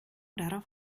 darauf